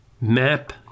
map